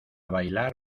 bailar